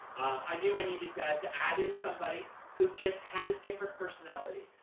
i knew i needed to add to add in somebody who just had a different personality.